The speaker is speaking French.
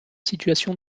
situation